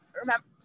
remember